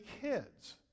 kids